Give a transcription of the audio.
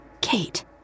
Kate